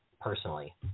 personally